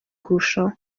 kurushaho